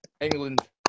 England